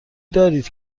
دارید